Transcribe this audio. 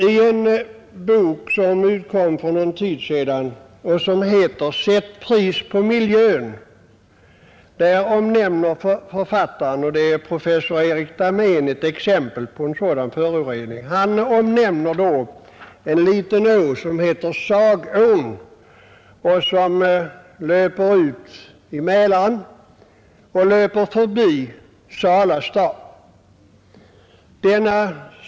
I en bok som utkom för någon tid sedan och som heter ”Sätt pris på miljön” omnämner författaren, professor Erik Dahmén, ett exempel på en sådan förorening. Han omnämner en liten å, Sagån, som före utloppet i Mälaren löper förbi Sala stad.